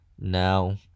Now